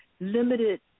limited